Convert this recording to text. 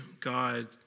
God